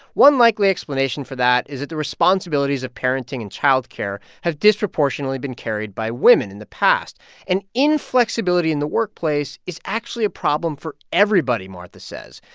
one likely explanation for that is that the responsibilities of parenting and childcare have disproportionately been carried by women in the past and inflexibility in the workplace is actually a problem for everybody, martha says.